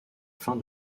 fin